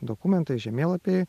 dokumentai žemėlapiai